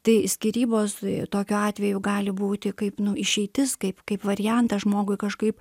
tai skyrybos tokiu atveju gali būti kaip išeitis kaip kaip variantas žmogui kažkaip